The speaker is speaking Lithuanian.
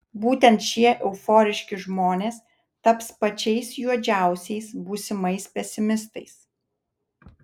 būtent šie euforiški žmonės taps pačiais juodžiausiais būsimais pesimistais